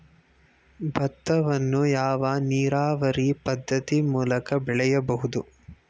ಭತ್ತವನ್ನು ಯಾವ ನೀರಾವರಿ ಪದ್ಧತಿ ಮೂಲಕ ಬೆಳೆಯಬಹುದು?